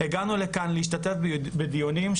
הגענו להשתתף בדיונים,